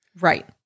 Right